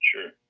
Sure